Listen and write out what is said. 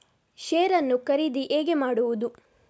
Share ನ್ನು ಖರೀದಿ ಹೇಗೆ ಮಾಡುವುದು?